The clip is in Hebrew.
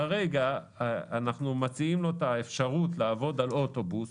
כרגע אנחנו מציעים לו את האפשרות לעבוד על אוטובוס.